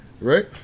right